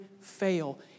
fail